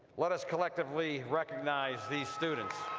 let us collectively recognize these students.